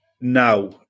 now